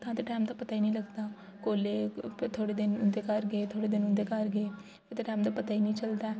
तां ते टैम दा पता ई निं लगदा कोलै थोह्डे़ दिन उ'न्दे घर गे थोह्डे़ दिन उ'न्दे घर गे फ्ही ते टैम दा पता निं चलदा ऐ